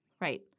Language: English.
right